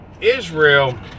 israel